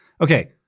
okay